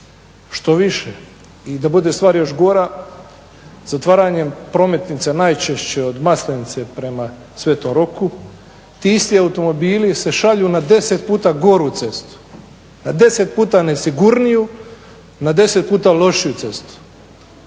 Štoviše i da bude stvar još gora zatvaranjem prometnica najčešće od Maslenice prema Sv. Roku ti isti automobili se šalju na 10 puta goru cestu, na 10 puta nesigurniju, na 10 puta lošiju cestu